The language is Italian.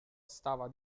stava